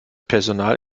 personal